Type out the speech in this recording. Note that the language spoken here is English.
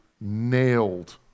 nailed